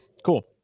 Cool